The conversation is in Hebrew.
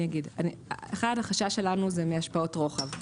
אחד, החשש שלנו זה מהשפעות רוחב.